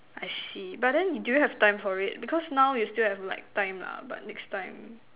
I see but then do you have time for it because now you still have like time ah but next time